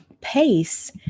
pace